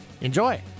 Enjoy